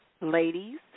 ladies